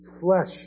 flesh